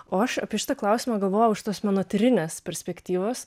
o aš apie šitą klausimą galvojau iš tos menotyrinės perspektyvos